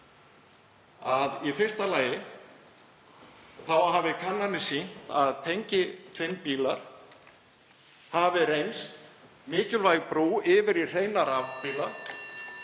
að í fyrsta lagi hafi kannanir sýnt að tengiltvinnbílar hafi reynst mikilvæg brú yfir í hreina rafbíla